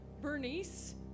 Bernice